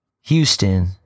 Houston